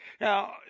Now